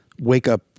wake-up